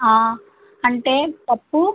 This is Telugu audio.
అంటే పప్పు